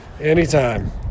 Anytime